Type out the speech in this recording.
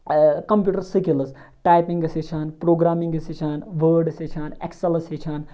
computer skills typing ٲسۍ ہیٚچھان programming ٲسۍ ہیٚچھان وٲڈ ٲسۍ ہیٚچھان ایٚکسَل ٲسۍ ہیٚچھان